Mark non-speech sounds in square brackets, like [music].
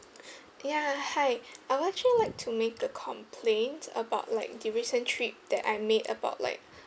[breath] ya hi I would actually like to make a complaint about like the recent trip that I made about like